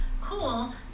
Cool